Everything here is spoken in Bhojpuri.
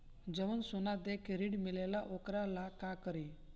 जवन सोना दे के ऋण मिलेला वोकरा ला का करी?